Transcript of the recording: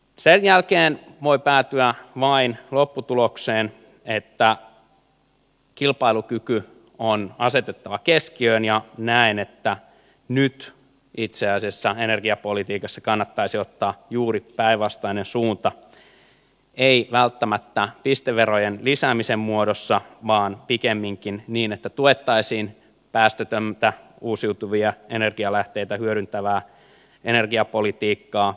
sen jälkeen voi päätyä vain lopputulokseen että kilpailukyky on asetettava keskiöön ja näen että nyt itse asiassa energiapolitiikassa kannattaisi ottaa juuri päinvastainen suunta ei välttämättä pisteverojen lisäämisen muodossa vaan pikemminkin niin että tuettaisiin päästötöntä uusiutuvia energialähteitä hyödyntävää energiapolitiikkaa